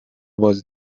was